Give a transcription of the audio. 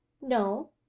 no